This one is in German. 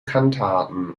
kantaten